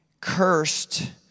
Cursed